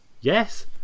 yes